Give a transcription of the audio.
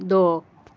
ਦੋ